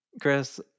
Chris